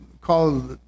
call